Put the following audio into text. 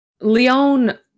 Leon